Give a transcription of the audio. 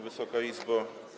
Wysoka Izbo!